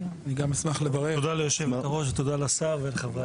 תודה ליושבת-ראש, תודה לשר ולחברי הכנסת.